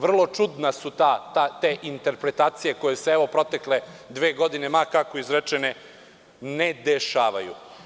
Vrlo čudne su te interpretacije koje se u protekle dve godine, ma kako izrečene, ne dešavaju.